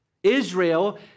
Israel